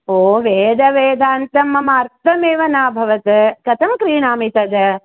ओ वेदवेदान्तं मम अर्थमेव न अभवत् कथं क्रीणामि तद्